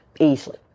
easily